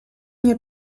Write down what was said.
nie